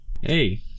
Hey